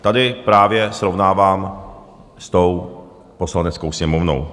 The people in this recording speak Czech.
Tady právě srovnávám s tou Poslaneckou sněmovnou.